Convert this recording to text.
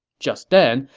just then,